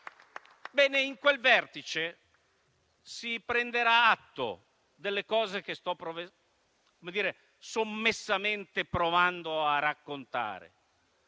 In quel vertice si prenderà atto delle cose che sto sommessamente provando a raccontare